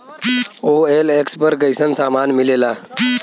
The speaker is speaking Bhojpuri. ओ.एल.एक्स पर कइसन सामान मीलेला?